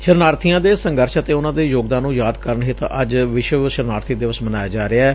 ਸ਼ਰਨਾਰਥੀਆਂ ਦੇ ਸੰਘਰਸ਼ ਅਤੇ ਉਨਾਂ ਦੇ ਯੋਗਦਾਨ ਨੰ ਯਾਦ ਕਰਨ ਹਿੱਤ ਅੱਜ ਵਿਸ਼ਵ ਸ਼ਰਨਾਰਥੀ ਦਿਵਸ ਮਨਾਇਆ ਜਾ ਰਿਹੈ